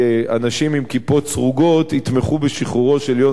כיפות סרוגות יתמכו בשחרור יהונתן פולארד.